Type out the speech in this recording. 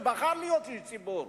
שבחר להיות איש ציבור,